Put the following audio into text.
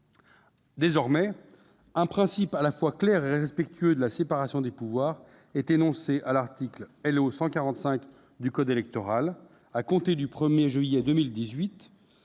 Désormais, un principe à la fois clair et respectueux de la séparation des pouvoirs est énoncé à l'article L.O. 145 du code électoral : à compter du 1 juillet 2018,